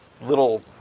little